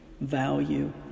value